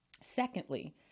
Secondly